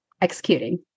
executing